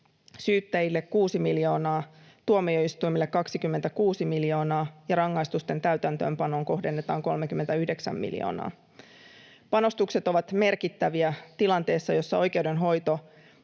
syyttäjille kuusi miljoonaa, tuomioistuimille 26 miljoonaa ja rangaistusten täytäntöönpanoon kohdennetaan 39 miljoonaa. Panostukset ovat merkittäviä tilanteessa, jossa oikeudenhoito